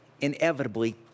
inevitably